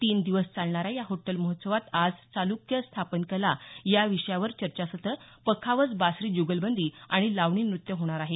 तीन दिवस चालणाऱ्या या होट्टल महोत्सवात आज चाल्क्य स्थापन कला या विषयावर चर्चासत्र पखावज बासरी ज्गलबंदी आणि लावणीनृत्य होणार आहे